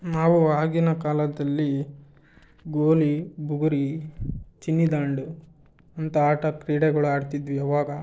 ನಾವು ಆಗಿನ ಕಾಲದಲ್ಲಿ ಗೋಲಿ ಬುಗುರಿ ಚಿನ್ನಿದಾಂಡು ಅಂಥ ಆಟ ಕ್ರೀಡೆಗಳು ಆಡ್ತಿದ್ವಿ ಅವಾಗ